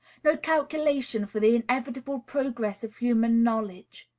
no calculation for the inevitable progress of human knowledge?